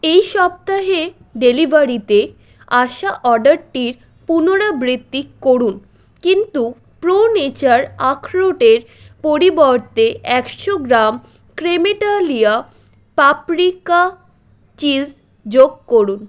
এই সপ্তাহে ডেলিভারিতে আসা অর্ডারটির পুনরাবৃত্তি করুন কিন্তু প্রো নেচার আখরোটের পরিবর্তে একশো গ্রাম ক্রেমেটালিয়া পাপরিকা চিজ যোগ করুন